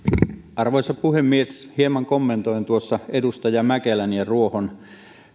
arvoisa puhemies hieman kommentoin edustaja mäkelän ja ruohon